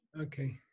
okay